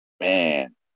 Man